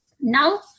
now